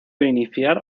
iniciar